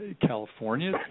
California